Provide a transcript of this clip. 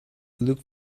look